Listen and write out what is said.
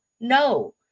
No